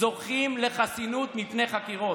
זוכים לחסינות מפני חקירות.